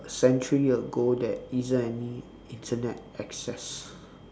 century ago there isn't any internet access